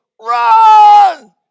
run